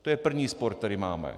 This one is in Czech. To je první spor, který máme.